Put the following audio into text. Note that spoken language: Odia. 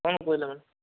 କ'ଣ କହିଲେ